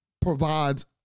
provides